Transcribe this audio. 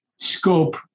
scope